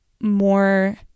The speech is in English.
more